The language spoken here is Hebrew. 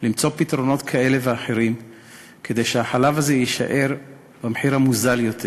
למצוא פתרונות כאלה ואחרים כדי שהחלב הזה יישאר במחיר המוזל יותר,